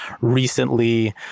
recently